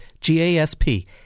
G-A-S-P